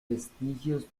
vestigios